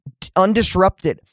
undisrupted